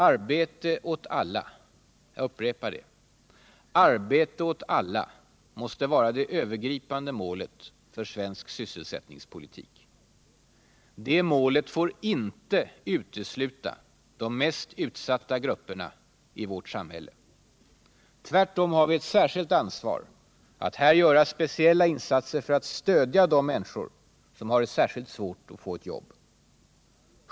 Arbete åt alla — jag upprepar det — måste vara det övergripande målet för svensk sysselsättningspolitik. Det målet får inte utesluta de mest utsatta grupperna i vårt samhälle. Tvärtom har vi ett stort ansvar att här göra särskilda insatser för att stödja de människor som har speciellt svårt att få ett jobb.